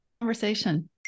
conversation